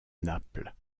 naples